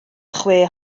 chwe